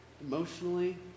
emotionally